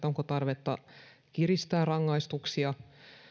onko tarvetta kiristää rangaistuksia